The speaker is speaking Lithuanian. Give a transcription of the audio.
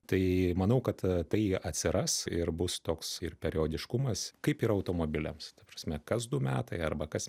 tai manau kad tai atsiras ir bus toks ir periodiškumas kaip ir automobiliams ta prasme kas du metai arba kas